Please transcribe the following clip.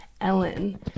Ellen